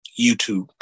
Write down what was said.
YouTube